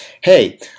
hey